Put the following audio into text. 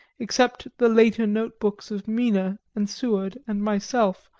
except the later note-books of mina and seward and myself,